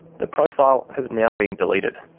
the profile has now been deleted.